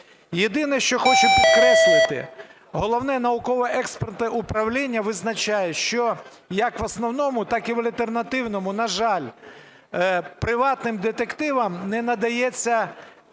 Єдине, що хочу підкреслити, Головне науково-експертне управління визначає, що як в основному, так і в альтернативному, на жаль, приватним детективам не надається